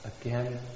again